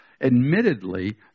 admittedly